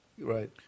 Right